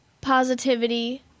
positivity